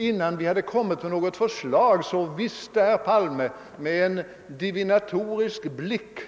Innan vi kommit med något förslag visste herr Palme med en divinatorisk blick